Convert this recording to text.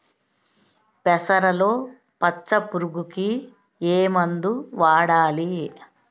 పెసరలో పచ్చ పురుగుకి ఏ మందు వాడాలి?